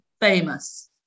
famous